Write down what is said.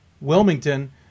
Wilmington